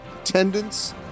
attendance